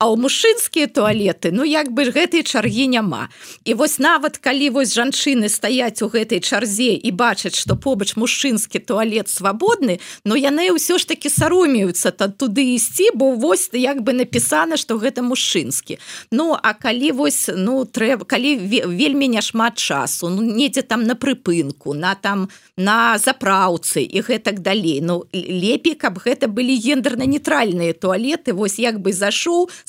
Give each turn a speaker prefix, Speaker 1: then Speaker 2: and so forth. Speaker 1: А ў мужчынскія туалеты, ну, як бы ж гэтай чаргі няма. І вось нават калі вось жанчыны стаяць у гэтай чарзе і бачаць, што побач мужчынскі туалет свабодны, ну, яны ўсё ж такі саромеюцца та- туды ісці, бо вось, як бы, напісана, што гэта мужчынскі. Ну, а калі вось, ну, трэ- калі ве- вельмі няшмат часу, ну, недзе там на прыпынку, на там- на заправцы і гэтак далей, ну, л- лепей, каб гэта былі гендэрна-нейтральныя туалеты. Вось як бы зашоў,